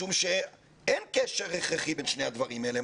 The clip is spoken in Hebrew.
משום שאין קשר הכרחי בין שני הדברים האלה.